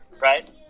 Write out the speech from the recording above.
right